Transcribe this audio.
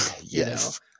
Yes